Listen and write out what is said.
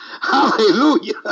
Hallelujah